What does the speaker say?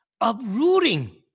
uprooting